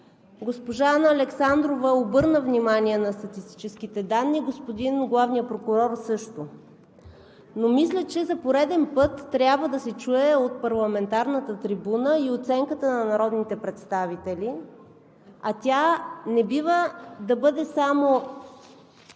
Госпожа Анна Александрова обърна внимание на статистическите данни, господин главният прокурор също. Мисля, че за пореден път трябва да се чуе от парламентарната трибуна и оценката на народните представители, а тя не бива да бъде само